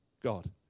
God